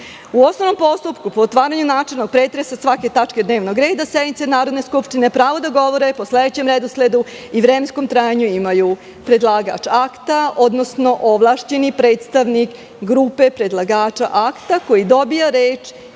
osnovnom postupku, po otvaranju načelnog pretresa svake tačke dnevnog reda sednice Narodne skupštine, pravo da govore po sledećem redosledu i vremenskom trajanju imaju predlagač akta, odnosno ovlašćeni predstavnik grupe predlagača akta koji dobija reč